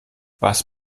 was